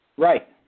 Right